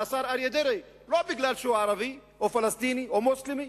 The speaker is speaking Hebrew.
על השר אריה דרעי לא כי הוא ערבי או פלסטיני או מוסלמי,